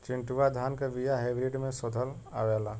चिन्टूवा धान क बिया हाइब्रिड में शोधल आवेला?